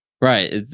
right